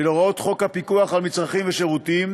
של הוראות חוק הפיקוח על מצרכים ושירותים,